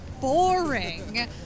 boring